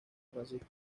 francisco